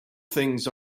things